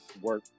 work